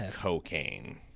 cocaine